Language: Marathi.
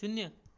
शून्य